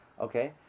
Okay